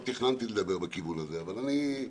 לא תכננתי לדבר בכיוון הזה אבל אני,